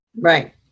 Right